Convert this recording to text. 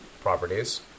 properties